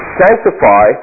sanctify